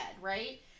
right